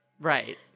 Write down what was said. Right